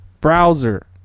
Browser